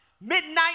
midnight